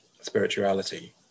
spirituality